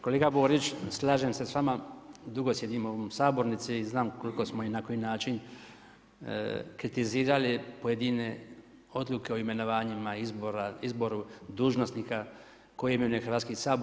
Kolega Borić, slažem se s vama, dugo sjedim u ovoj sabornici i znam koliko smo i na koji način kritizirali pojedine odluke o imenovanjima, izboru dužnosnika koje imenuje Hrvatski sabor.